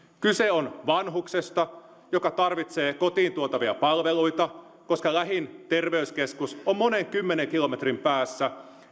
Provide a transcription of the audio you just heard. kyse on vanhuksesta joka tarvitsee kotiin tuotavia palveluita koska lähin terveyskeskus on monen kymmenen kilometrin päässä